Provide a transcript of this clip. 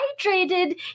hydrated